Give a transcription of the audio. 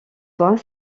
fois